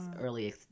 early